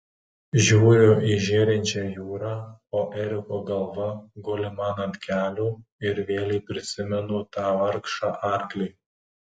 žiūriu į žėrinčią jūrą o eriko galva guli man ant kelių ir vėlei prisimenu tą vargšą arklį